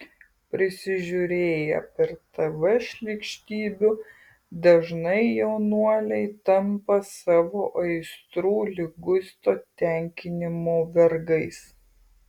prisižiūrėję per tv šlykštybių dažnai jaunuoliai tampa savo aistrų liguisto tenkinimo vergais